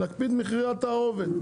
להקפיא את מחירי התערובת,